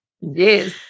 Yes